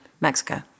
Mexico